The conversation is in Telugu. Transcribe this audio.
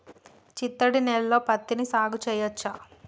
చిత్తడి నేలలో పత్తిని సాగు చేయచ్చా?